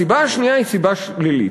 הסיבה השנייה היא סיבה שלילית,